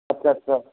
ਅੱਛਾ ਅੱਛਾ